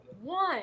one